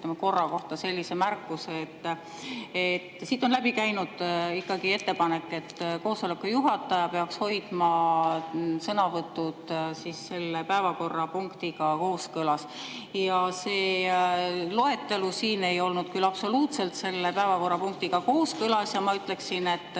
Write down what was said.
korra kohta sellise märkuse, et siit on läbi käinud ettepanek, et koosoleku juhataja peaks hoidma sõnavõtud selle päevakorrapunktiga kooskõlas. Ja see loetelu siin ei olnud küll absoluutselt selle päevakorrapunktiga kooskõlas ja ma ütleksin,